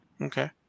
Okay